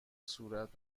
صورت